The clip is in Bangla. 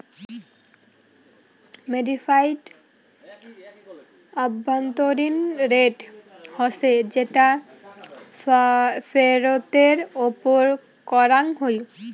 মডিফাইড আভ্যন্তরীণ রেট হসে যেটা ফেরতের ওপর করাঙ হই